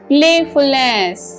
Playfulness